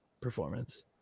performance